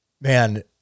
man